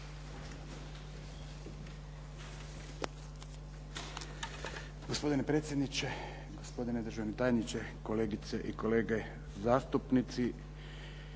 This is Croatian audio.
Hvala vam